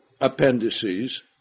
appendices